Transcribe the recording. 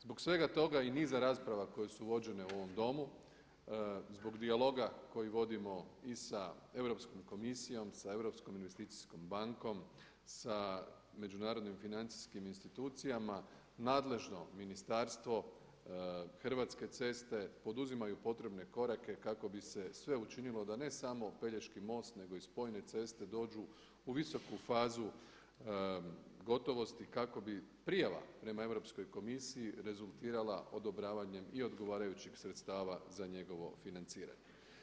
Zbog svega toga i niza rasprava koje su vođene u ovom Domu, zbog dijaloga koji vodimo i sa Europskom komisijom, sa Europskom investicijskom bankom, sa međunarodnim financijskim institucijama, nadležno ministarstvo, Hrvatske ceste poduzimaju potrebne korake kako bi se sve učinilo da ne samo Pelješki most nego i spojne ceste dođu u visoku fazu gotovosti kako bi prijala prema Europskoj komisiji rezultirala odobravanjem i odgovarajućih sredstava za njegovo financiranje.